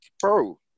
bro